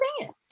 dance